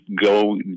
go